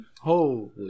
Holy